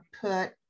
put